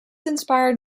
inspired